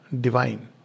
divine